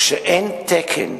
כשאין תקן,